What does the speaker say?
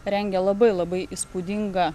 rengia labai labai įspūdingą